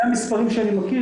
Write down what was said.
אלה המספרים שאני מכיר,